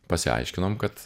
pasiaiškinom kad